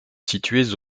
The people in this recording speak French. situés